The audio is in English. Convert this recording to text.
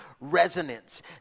Resonance